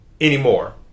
anymore